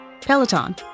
Peloton